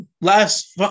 Last